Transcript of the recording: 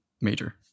major